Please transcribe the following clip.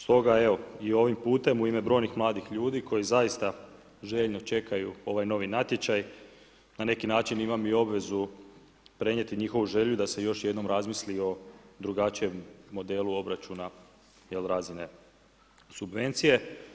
Stoga evo i ovim putem u ime brojnih mladih ljudi koji zaista željno čekaju ovaj novi natječaj da na neki način imam i obvezu prenijeti njihovu želju da se još jednom razmisli o drugačijem modelu obračuna razine subvencije.